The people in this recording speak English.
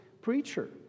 preacher